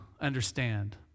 understand